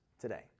today